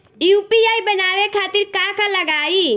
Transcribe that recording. UPI बनावे खातिर का का लगाई?